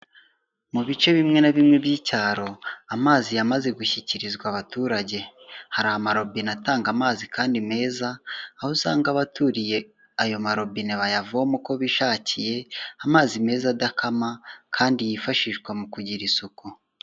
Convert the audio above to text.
Mu bice bimwe na bimwe by'icyaro amazi yamaze gushyikirizwa abaturage, hari amarobine atanga amazi kandi meza, aho usanga abaturiye ayo marobine bayavoma uko bishakiye, amazi meza adakama kandi yifashishwa mu kugira isuku.